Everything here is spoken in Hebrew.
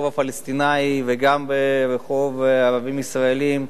הפלסטיני וגם ברחוב של הערבים הישראלים,